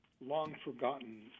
long-forgotten